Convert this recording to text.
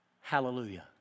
hallelujah